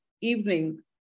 evening